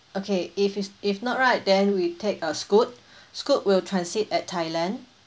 okay if it's if not right then we'll take a scoot scoot will transit at thailand